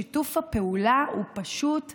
שיתוף הפעולה הוא פשוט מרגש.